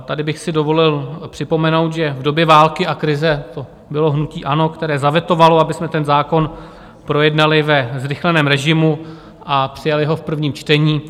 Tady bych si dovolil připomenout, že v době války a krize to bylo hnutí ANO, které zavetovalo, abychom ten zákon projednali ve zrychleném režimu a přijali ho v prvním čtení.